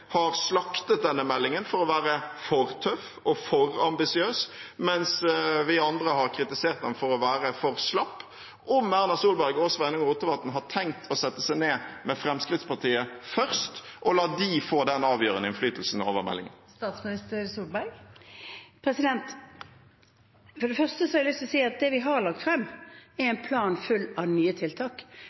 har slaktet denne meldingen for å være for tøff og ambisiøs, mens vi andre har kritisert den for å være for slapp – har Erna Solberg og Sveinung Rotevatn tenkt å sette seg ned med Fremskrittspartiet først og la dem få den avgjørende innflytelsen over meldingen? For det første har jeg lyst til å si at det vi har lagt frem, er en plan full av nye tiltak.